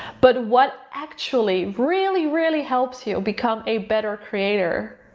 but what actually really, really, helps you become a better creator,